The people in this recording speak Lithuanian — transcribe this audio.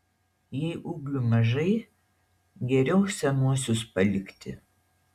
jei ūglių mažai geriau senuosius palikti